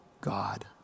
God